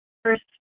First